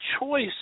choice